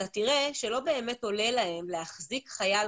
אתה תראה שלא באמת עולה להם להחזיק חייל